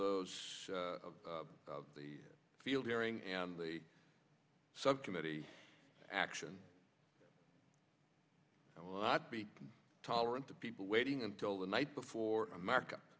those of the field hearing and the subcommittee action will not be tolerant to people waiting until the night before america